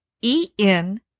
E-N